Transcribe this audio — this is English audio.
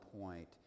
point